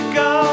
go